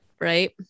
Right